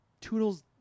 toodles